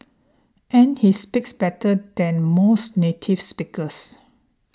and he speaks better than most native speakers